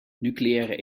nucleaire